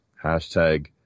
hashtag